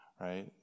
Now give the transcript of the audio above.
right